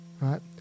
right